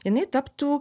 jinai taptų